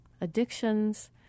addictions